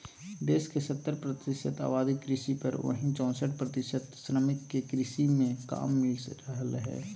देश के सत्तर प्रतिशत आबादी कृषि पर, वहीं चौसठ प्रतिशत श्रमिक के कृषि मे काम मिल रहल हई